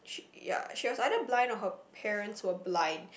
she ya she was either blind or her parents were blind